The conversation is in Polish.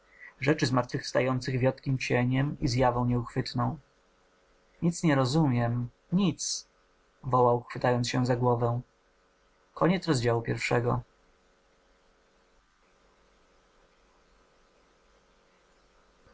rzeczy zmartwychwstających wiotkim cieniem i zjawą nieuchwytną nic nie rozumiem nic wołał chwytając się za głowę